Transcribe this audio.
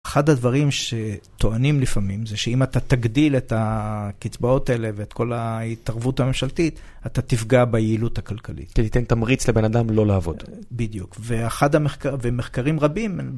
אחד הדברים שטוענים לפעמים זה שאם אתה תגדיל את הקצבאות האלה ואת כל ההתערבות הממשלתית, אתה תפגע ביעילות הכלכלית. תיתן את תמריץ לבן אדם לא לעבוד. בדיוק, ומחקרים רבים...